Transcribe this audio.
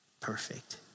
Perfect